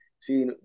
see